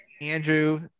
Andrew